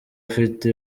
ufite